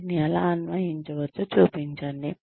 వాటిని ఎలా అన్వయించవచ్చో చూపించండి